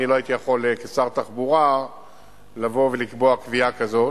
אני לא הייתי יכול כשר תחבורה לבוא ולקבוע קביעה כזאת,